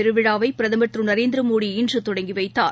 பெருவிழாவை பிரதமர் திரு நரேந்திரமோடி இன்று தொடங்கி வைத்தார்